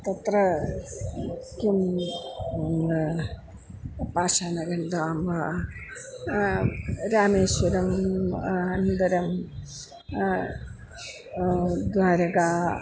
तत्र किं पाषाणखण्डं वा रामेश्वरम् अनन्तरं द्वारका